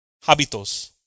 hábitos